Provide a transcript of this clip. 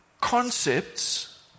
concepts